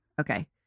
Okay